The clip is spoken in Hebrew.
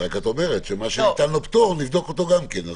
את רק אומרת שמה שניתן לו פטור נבדוק אותו גם כן.